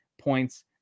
points